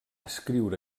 escriure